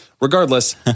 Regardless